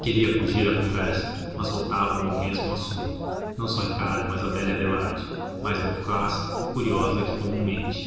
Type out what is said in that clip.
queria fugir à conversa mas voltavam ao mesmo assunto não só ricardo mas a velha adelaide mais loquaz e curiosa que comumente